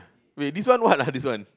wait this one what ah this one